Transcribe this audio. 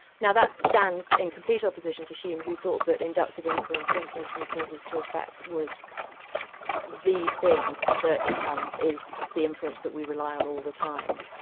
now that stands in complete opposition to hume, who thought that inductive inference inference from causes to effects was the thing that um is the inference that we rely on all the time.